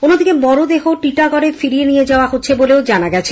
অন্যদিকে মরদেহ এখন টিটাগড়ে ফিরিয়ে নিয়ে যাওয়া হচ্ছে বলে জানা গেছে